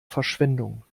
verschwendung